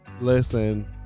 listen